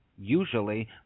usually